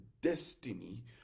destiny